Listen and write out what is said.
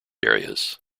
areas